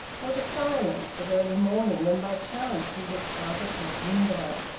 or the silence of early morning when by chance he looked out of his window.